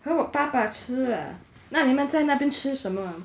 和我爸爸吃 ah 那你们在那边吃什么